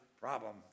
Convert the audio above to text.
problem